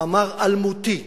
מאמר אלמותי.